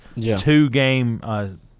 two-game